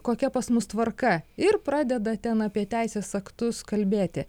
kokia pas mus tvarka ir pradeda ten apie teisės aktus kalbėti